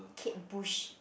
kate bush